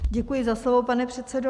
Děkuji za slovo, pane předsedo.